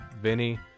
Vinny